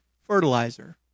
fertilizer